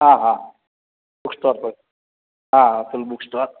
હા હા પુષ્પાપદ હા અતુલ બુક સ્ટોર